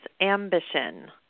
Ambition